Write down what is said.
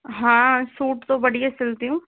हाँ सूट तो बढ़िया सिलती हूँ